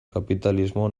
kapitalismo